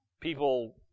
People